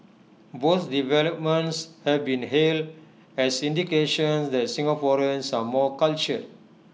both developments have been hailed as indications that Singaporeans are more cultured